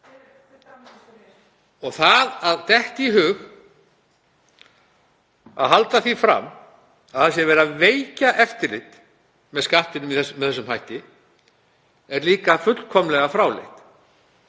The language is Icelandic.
Að detta í hug að halda því fram að verið sé að veikja eftirlit með Skattinum með þessum hætti er líka fullkomlega fráleitt.